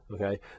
okay